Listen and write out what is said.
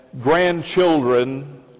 grandchildren